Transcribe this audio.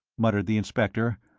muttered the inspector.